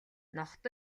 ноход